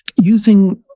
using